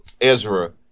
Ezra